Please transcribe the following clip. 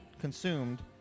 consumed